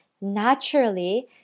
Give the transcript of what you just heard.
naturally